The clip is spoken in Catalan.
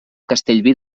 castellví